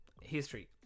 history